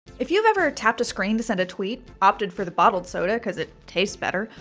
if you've ever tapped a screen to send a tweet, opted for the bottled soda because it tastes better,